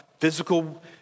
physical